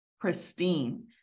pristine